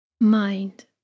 mind